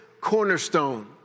cornerstone